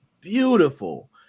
beautiful